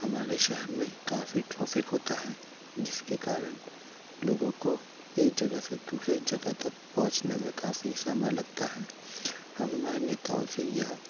हमारे शहर में काफ़ी ट्रॉफिक होता है जिसके कारण लोगों को एक जगह से दूसरे जगह तक पहुँचने में काफ़ी समय लगता है हम मैं नेताओं से यह